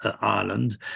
Ireland